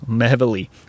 heavily